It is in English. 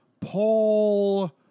Paul